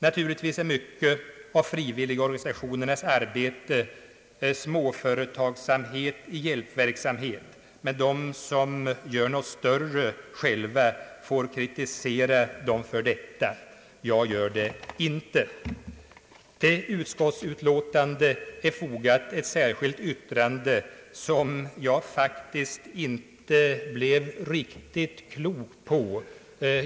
Naturligtvis är mycket av frivilligorganisationernas arbete »småföretagsamhet» i hjälpverksamhet, men de som gör något större själva får kritisera dem för detta. Jag gör det inte. Till utskottsutlåtandet är fogat ett särskilt yttrande som jag faktiskt inte blev riktigt klok på när jag läste det.